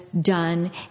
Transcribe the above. done